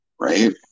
Right